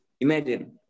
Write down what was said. Imagine